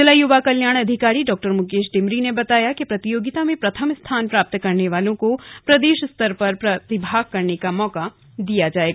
जिला युवा कल्याण अधिकारी डॉ मुकेश डिमरी ने बताया कि प्रतियोगिता में प्रथम स्थान प्राप्त करने वाले को प्रदेश स्तर पर प्रतिभाग करने का मौका दिया जायेगा